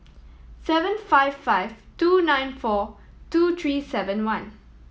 seven five five two nine four two three seven one